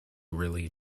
really